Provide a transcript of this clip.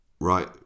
right